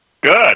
Good